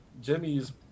Jimmy's